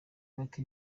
bake